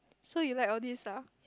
so you like all these ah